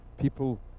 people